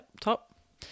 top